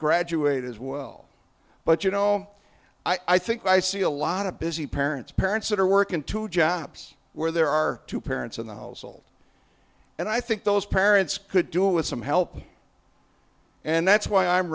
graduate as well but you know i think i see a lot of busy parents parents that are working two jobs where there are two parents in the household and i think those parents could do with some help and that's why i'm